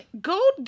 go